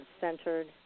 centered